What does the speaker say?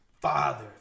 Father